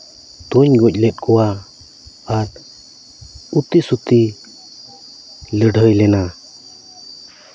ᱛᱩᱧ ᱜᱚᱡ ᱞᱮᱫ ᱠᱚᱣᱟ ᱟᱨ ᱩᱛᱤ ᱥᱩᱛᱤᱭ ᱞᱟᱹᱲᱦᱟᱹᱭ ᱞᱮᱱᱟ